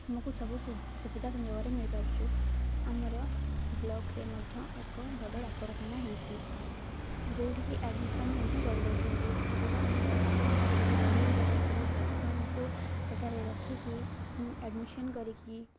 ଆମକୁ ସବୁ ସୁବିଧା ସଂଯୋଗରେ ମିଳିପାରୁଛି ଆମର ବ୍ଲକ୍ରେ ମଧ୍ୟ ଏକ ବଡ଼ ଡାକ୍ତରଖାନା ହୋଇଛି ଯେଉଁଠିକି ଆଡ଼ମିସନ୍ ମଧ୍ୟ କରିଦେଉଛନ୍ତି ସୁବିଧା ଅନୁସାରେ ଆପଣଙ୍କର ଯଦି ବଡ଼ ରୋଗ ହୋଇଯିବ ତ ଆପଣଙ୍କୁ ସେଠାରେ ରଖିକି ଆଡ଼ମିସନ୍ କରିକି